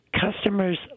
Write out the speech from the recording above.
customers